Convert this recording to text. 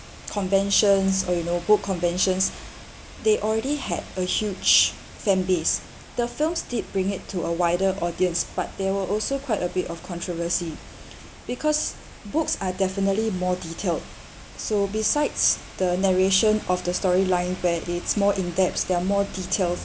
conventions or you know book conventions they already had a huge fan base the films did bring it to a wider audience but there were also quite a bit of controversy because books are definitely more detailed so besides the narration of the story line where it's more in-depth there're more details